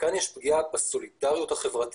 וכאן יש פגיעה בסולידריות החברתית.